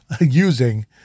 using